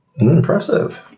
Impressive